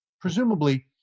Presumably